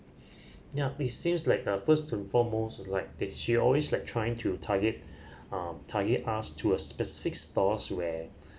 yup it seems like uh first to foremost it's like that she always like trying to target uh target us to a specific stores where